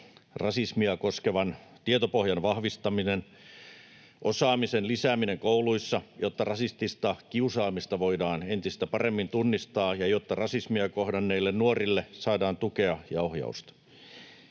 rasismia koskevan tietopohjan vahvistaminen ja osaamisen lisääminen kouluissa, jotta rasistista kiusaamista voidaan entistä paremmin tunnistaa ja jotta rasismia kohdanneille nuorille saadaan tukea ja ohjausta.